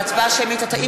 בהצבעה שמית אתה לא יכול.